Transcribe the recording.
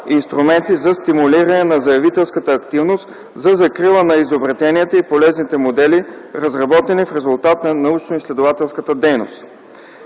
инструменти за стимулиране на заявителската активност за закрила на изобретенията и полезните модели, разработени в резултат на научноизследователската дейност;